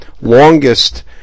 longest